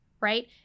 right